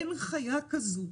אין חיה כזאת,